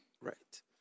right